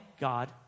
God